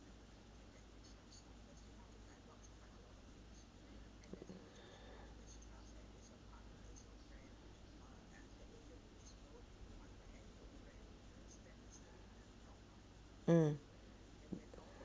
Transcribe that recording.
mm